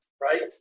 right